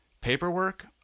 paperwork